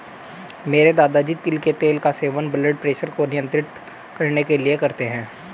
मेरे दादाजी तिल के तेल का सेवन ब्लड प्रेशर को नियंत्रित करने के लिए करते हैं